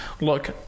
look